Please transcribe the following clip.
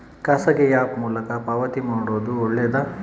ಖಾಸಗಿ ಆ್ಯಪ್ ಮೂಲಕ ಪಾವತಿ ಮಾಡೋದು ಒಳ್ಳೆದಾ?